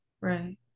Right